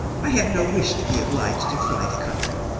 i have no wish to be obliged to fly the country.